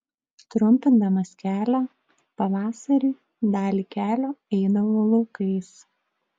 trumpindamas kelią pavasarį dalį kelio eidavau laukais